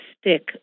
stick